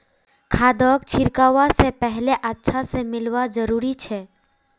खादक छिड़कवा स पहले अच्छा स मिलव्वा जरूरी छ